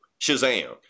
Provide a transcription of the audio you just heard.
Shazam